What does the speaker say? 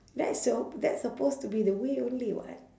that's your that's supposed to be the way only [what]